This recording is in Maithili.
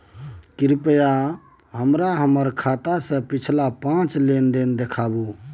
कृपया हमरा हमर खाता से पिछला पांच लेन देन देखाबु